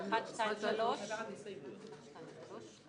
הרביזיה (68) לסעיף 1 לא נתקבלה.